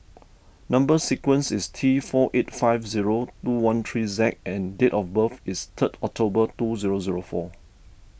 Number Sequence is T four eight five zero two one three Z and date of birth is third October two zero zero four